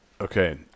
okay